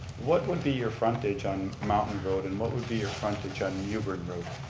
what would be your frontage on mountain road and what would be your frontage on mewburn road?